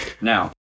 Now